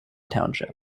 township